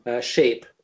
shape